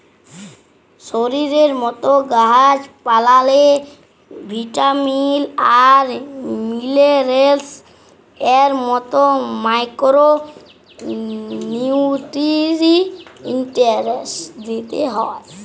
শরীরের মত গাহাচ পালাল্লে ভিটামিল আর মিলারেলস এর মত মাইকোরো নিউটিরিএন্টস দিতে হ্যয়